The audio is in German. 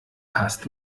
hasst